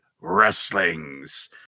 Wrestling's